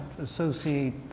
associate